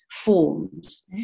forms